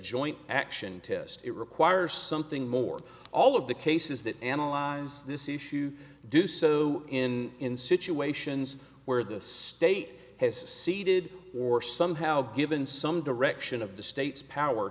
joint action test it requires something more all of the cases that analyze this issue do so in in situations where the state has ceded or somehow given some direction of the state's power